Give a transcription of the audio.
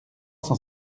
cent